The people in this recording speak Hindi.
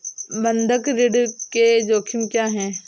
बंधक ऋण के जोखिम क्या हैं?